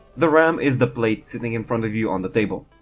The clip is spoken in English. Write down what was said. the ram is the plate sitting in front of you on the table.